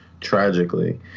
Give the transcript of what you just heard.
tragically